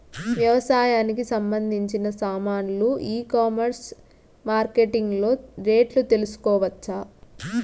వ్యవసాయానికి సంబంధించిన సామాన్లు ఈ కామర్స్ మార్కెటింగ్ లో రేట్లు తెలుసుకోవచ్చా?